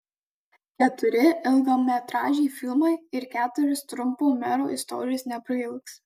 keturi ilgametražiai filmai ir keturios trumpo mero istorijos neprailgs